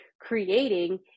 creating